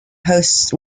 hosts